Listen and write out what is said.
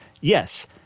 Yes